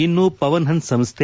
ಇನ್ನು ಪವನ್ ಹನ್ನ್ ಸಂಸ್ಥೆ